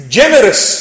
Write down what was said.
generous